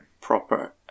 proper